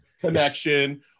connection